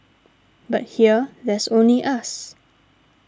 but here there's only us